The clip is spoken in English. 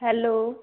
hello